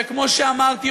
שכמו שאמרתי,